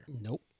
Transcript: Nope